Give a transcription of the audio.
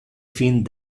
fin